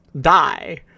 die